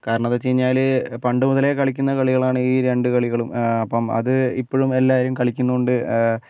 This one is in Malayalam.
കാരണമെന്ന് വെച്ചുകഴിഞ്ഞാൽ പണ്ടുമുതലേ കളിക്കുന്ന കളികളാണ് ഈ രണ്ട് കളികളും അപ്പം അത് ഇപ്പോഴും എല്ലാരും കളിക്കുന്നുമുണ്ട്